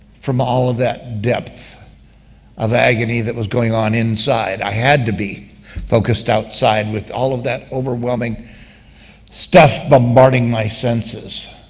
from all of that depth of agony that was going on inside. i had to be focused outside with all of that overwhelming stuff bombarding my senses.